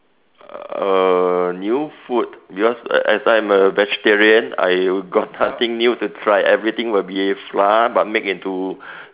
err new food because as I'm a vegetarian I got nothing new to try everything would be flour but make into